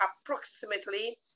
approximately